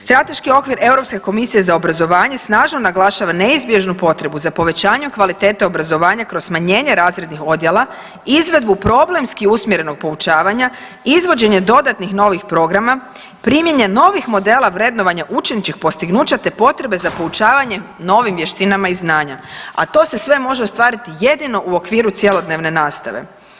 Strateški okvir Europske komisije za obrazovanje snažno naglašava neizbježnu potrebu za povećanjem kvalitete obrazovanja kroz smanjenje razrednih odjela, izvedbu programski usmjerenog poučavanja, izvođenje dodatnih novih programa, primjena novih modela vrednovanja učeničkih postignuća te potrebe za poučavanjem novim vještinama i znanja, a to se sve može ostvariti jedino u okviru cjelodnevne nastave.